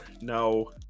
No